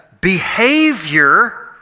Behavior